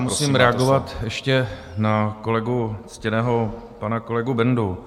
Musím reagovat ještě na kolegu, ctěného pana kolegu Bendu.